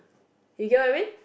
you get what I mean